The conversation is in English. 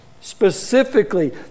specifically